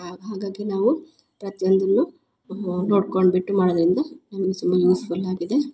ಹಾಂ ಹಾಗಾಗಿ ನಾವು ಪ್ರತಿಯೊಂದನ್ನು ನೋಡ್ಕೊಂಡ್ಬಿಟ್ಟು ಮಾಡೋದರಿಂದ ನಮಗೆ ತುಂಬ ಯುಝ್ಫುಲ್ ಆಗಿದೆ